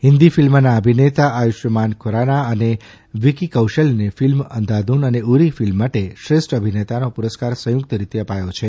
હિન્દી ફિલ્મનાં અભિનેતા આયુષ્માન ખુરાના અને વિક્કી કૌશલને ફિલ્મ અંધાધૂધ અને ઉરી ફિલ્મ માટે શ્રેષ્ઠ અભિનેતાનો પુરસ્કાર સંયુક્ત રીતે અપાયો છે